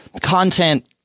content